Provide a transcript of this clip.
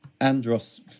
Andros